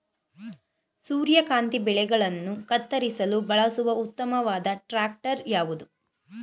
ಸೂರ್ಯಕಾಂತಿ ಬೆಳೆಗಳನ್ನು ಕತ್ತರಿಸಲು ಬಳಸುವ ಉತ್ತಮವಾದ ಟ್ರಾಕ್ಟರ್ ಯಾವುದು?